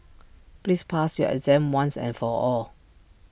please pass your exam once and for all